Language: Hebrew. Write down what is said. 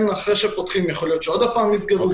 אחרי שפותחים יכול להיות שעוד פעם יסגרו,